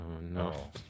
No